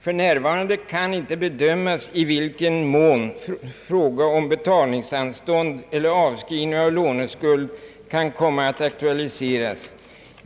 För närvarande kan inte bedömas, i vilken mån fråga om betalningsanstånd eller avskrivning av låneskuld kan komma att aktualiseras.